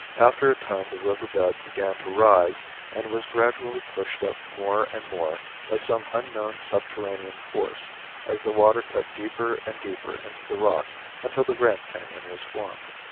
after a time the river bed began to rise and was gradually pushed up more and more by some unknown subterranean force as the water cut deeper and deeper into the rock until the grand canon was formed.